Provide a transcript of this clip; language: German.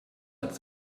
hat